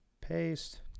Paste